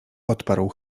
odparł